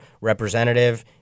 Representative